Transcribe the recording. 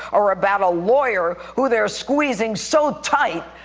or about a lawyer, who they're squeezing so tight,